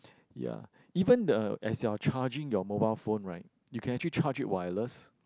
ya even the as you are charging your mobile phone right you can actually charge it wireless